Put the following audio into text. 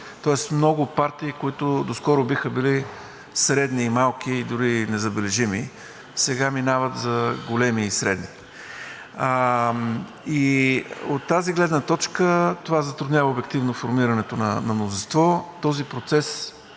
Тоест много партии, които доскоро биха били средни и малки, дори незабележими, сега минават за големи и средни и от тази гледна точка това затруднява обективно формирането на мнозинство. Този процес,